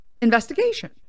Investigation